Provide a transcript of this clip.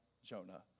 Jonah